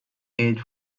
age